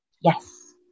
Yes